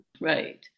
Right